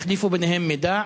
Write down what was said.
יחליפו ביניהם מידע,